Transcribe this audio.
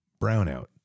brownout